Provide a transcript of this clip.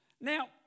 Now